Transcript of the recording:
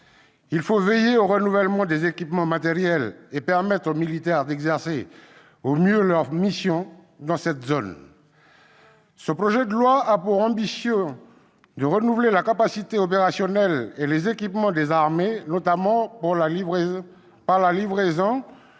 Il faut veiller au renouvellement des équipements matériels et permettre aux militaires d'exercer au mieux leurs missions dans cette zone. Ce projet de loi a pour ambition de renouveler les capacités opérationnelles et les équipements des armées, notamment par la livraison